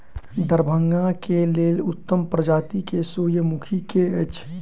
दरभंगा केँ लेल उत्तम प्रजाति केँ सूर्यमुखी केँ अछि?